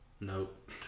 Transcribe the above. Nope